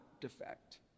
defect